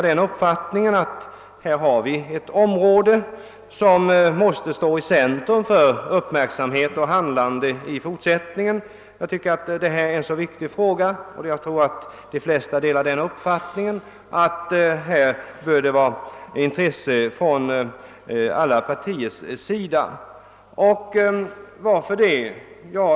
Det gäller här ett område som måste stå i centrum för uppmärksamheten och handlandet i fortsättningen. Jag tycker att detta är en så viktig fråga — och jag tror att de flesta delar den uppfattningen — att alla partier bör ha intresse för den.